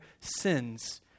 sins